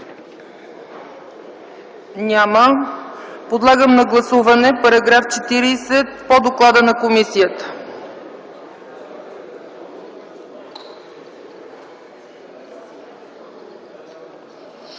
Няма. Подлагам на гласуване § 40 по доклада на комисията.